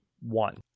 one